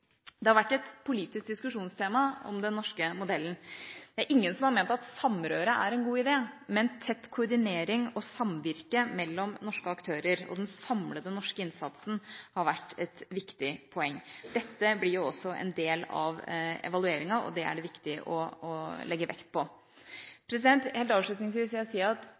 Det har vært et politisk diskusjonstema om den norske modellen. Det er ingen som har ment at samrøre er en god idé, men tett koordinering og samvirke mellom norske aktører og den samlede norske innsatsen har vært et viktig poeng. Dette blir også en del av evalueringen, det er det viktig å legge vekt på. Helt avslutningsvis vil jeg si at